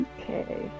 Okay